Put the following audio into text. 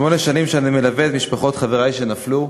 שמונה שנים אני מלווה את משפחות חברי שנפלו,